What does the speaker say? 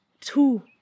Two